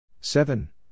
Seven